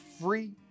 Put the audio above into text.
free